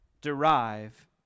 derive